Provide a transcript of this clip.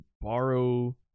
borrow